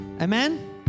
Amen